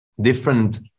different